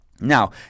Now